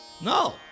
No